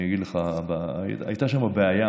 אני אגיד לך, הייתה שם בעיה